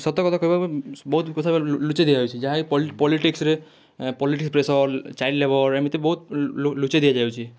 ସତ କଥା କହିବା ବହୁତ କଥା ଲୁଚାଇ ଦିଆଯାଉଛି ଯାହା ପଲିଟିକ୍ସରେ ପଲିଟିକ୍ସ ପ୍ରେସର୍ ଚାଇଲ୍ଡ ଲେବର୍ ଏମିତି ବହୁତ ଲୁଚାଇ ଦିଆଯାଉଛି